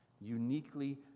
uniquely